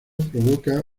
provoca